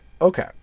Okay